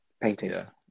paintings